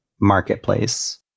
marketplace